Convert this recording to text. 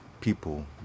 people